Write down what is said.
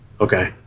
Okay